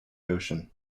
ocean